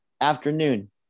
Afternoon